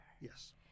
Yes